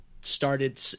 started